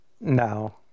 No